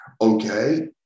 Okay